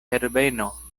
herbeno